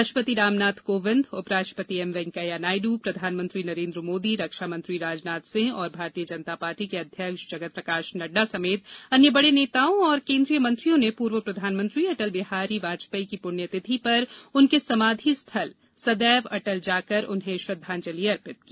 राष्ट्रपति रामनाथ कोविंद उप राष्ट्रपति एम वैंकैया नायडू प्रधानमंत्री नरेन्द्र मोदी रक्षामंत्री राजनाथ सिंह और भारतीय जनता पार्टी के अध्यक्ष जगत प्रकाश नड्डा समेत अन्य बढ़े नेताओं और केन्द्रीय मंत्रियों ने पूर्व प्रधानमंत्री अटल बिहारी की पुण्यतिथि पर उनके समाधि स्थल पर सदैव अटल जाकर श्रद्धांजलि अर्पित की